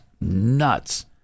nuts